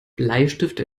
bleistifte